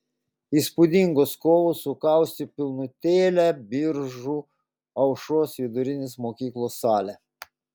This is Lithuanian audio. įspūdingos kovos sukaustė pilnutėlę biržų aušros vidurinės mokyklos salę